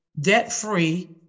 debt-free